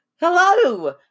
hello